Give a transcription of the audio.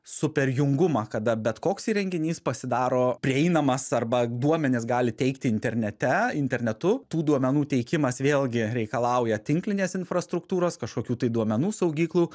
super jungumą kada bet koks įrenginys pasidaro prieinamas arba duomenis gali teikti internete internetu tų duomenų teikimas vėlgi reikalauja tinklinės infrastruktūros kažkokių tai duomenų saugyklų